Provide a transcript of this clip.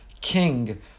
king